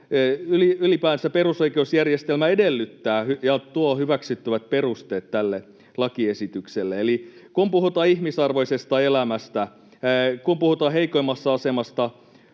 ylipäänsä perusoikeusjärjestelmä edellyttää, ja tuo hyväksyttävät perusteet tälle lakiesitykselle. Eli kun puhutaan ihmisarvoisesta elämästä, kun puhutaan heikoimmassa asemassa